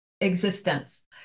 existence